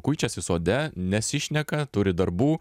kuičiasi sode nesišneka turi darbų